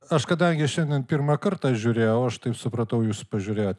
aš kadangi šiandien pirmą kartą žiūrėjau aš taip supratau jūs pažiūrėjot